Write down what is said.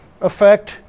effect